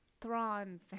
Thrawn